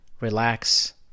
relax